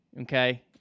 Okay